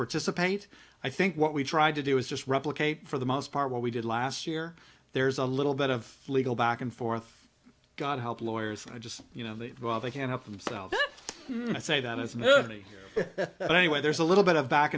participate i think what we try to do is just replicate for the most part what we did last year there's a little bit of legal back and forth god help lawyers just you know that while they can up themselves i say that as an early anyway there's a little bit of back